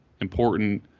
important